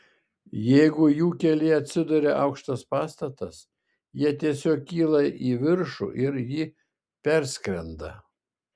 jeigu jų kelyje atsiduria aukštas pastatas jie tiesiog kyla į viršų ir jį perskrenda